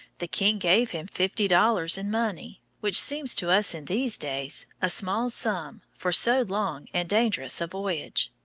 the king gave him fifty dollars in money, which seems to us in these days a small sum for so long and dangerous a voyage.